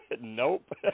Nope